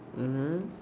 mmhmm